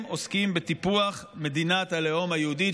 הם עוסקים בטיפוח מדינת הלאום היהודית,